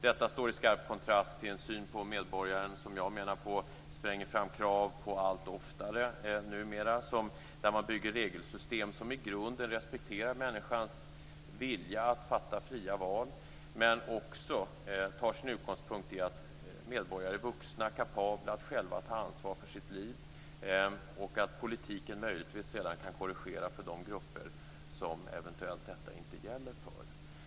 Detta står i skarp kontrast till den syn på medborgaren som jag menar allt oftare numera spränger fram krav på att det byggs regelsystem som i grunden respekterar människans vilja att göra fria val och som också tar sin utgångspunkt i att medborgare är vuxna, kapabla, att själva ta ansvar för sitt liv. Möjligen kan politiken sedan korrigera för de grupper för vilka detta eventuellt inte gäller.